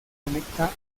conecta